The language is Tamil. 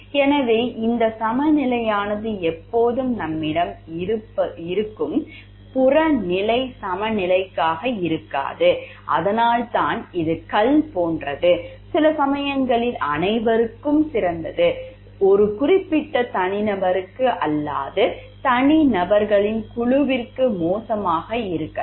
எனவே இந்த சமநிலையானது எப்பொழுதும் நம்மிடம் இருக்கும் புறநிலை சமநிலையாக இருக்காது அதனால்தான் இது கல் போன்றது சில சமயங்களில் அனைவருக்கும் சிறந்தது ஒரு குறிப்பிட்ட தனிநபருக்கு அல்லது தனிநபர்களின் குழுவிற்கு மோசமாக இருக்கலாம்